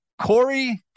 Corey